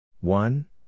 one